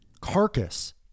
carcass